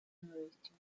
unresting